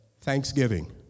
Thanksgiving